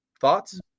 Thoughts